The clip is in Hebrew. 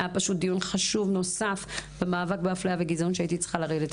היה דיון חשוב נוסף על המאבק באפליה וגזענות שהייתי צריכה לרדת אליו.